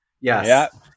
Yes